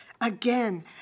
again